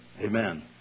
Amen